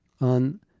on